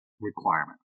requirement